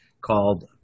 called